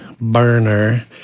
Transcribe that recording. burner